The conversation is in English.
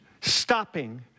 stopping